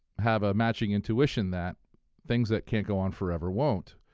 have a matching intuition that things that can't go on forever won't.